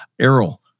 Errol